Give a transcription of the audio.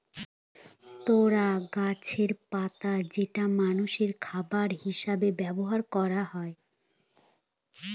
তরো গাছের পাতা যেটা মানষের খাবার হিসেবে ব্যবহার করা হয়